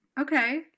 Okay